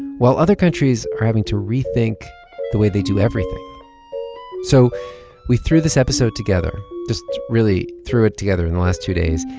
while other countries are having to rethink the way they do everything so we threw this episode together just really threw it together in the last two days.